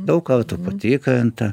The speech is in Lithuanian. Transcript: daug kartų patikrinta